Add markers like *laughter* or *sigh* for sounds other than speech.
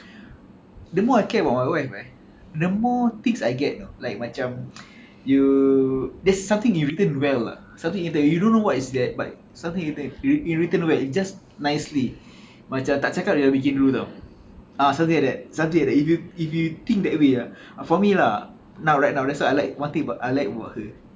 *noise* the more I care about my wife eh the more things I get you know like macam *noise* you there's something you return well lah something you don't know what is that but something you return you re~ return well just nicely macam tak cakap dia dah fikir dulu [tau] ah something like that something like that if you if you think that way ah for me lah now right now that's one thing I like about her